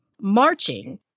Marching